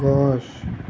গছ